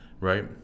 Right